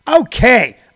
Okay